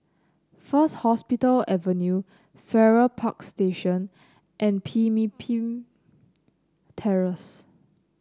First Hospital Avenue Farrer Park Station and Pemimpin Terrace